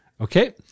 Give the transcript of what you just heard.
Okay